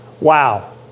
Wow